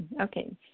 Okay